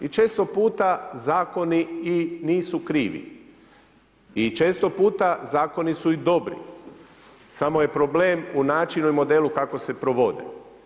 I često puta zakoni i nisu krivi i često puta zakoni su i dobri, samo je problem u načinu i modelu kako se provode.